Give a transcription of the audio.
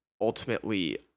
ultimately